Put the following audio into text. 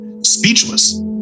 speechless